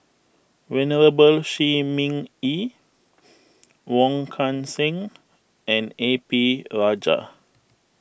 Venerable Shi Ming Yi Wong Kan Seng and A P Rajah